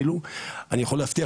אני יכול להבטיח,